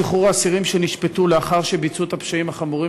שחרור אסירים שנשפטו לאחר שביצעו את הפשעים החמורים